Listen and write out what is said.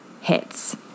hits